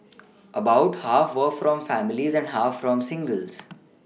about half were from families and half from singles